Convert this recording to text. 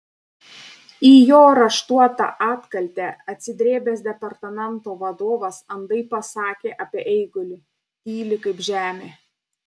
į jo raštuotą atkaltę atsidrėbęs departamento vadovas andai pasakė apie eigulį tyli kaip žemė